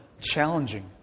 challenging